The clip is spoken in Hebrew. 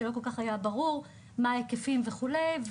שלא כל כך היה ברור מה ההיקפים וכו'.